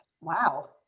Wow